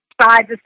side-to-side